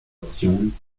option